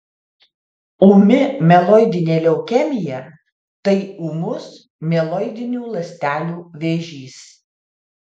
ūmi mieloidinė leukemija tai ūmus mieloidinių ląstelių vėžys